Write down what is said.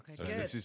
Okay